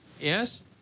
yes